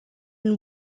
une